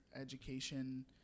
education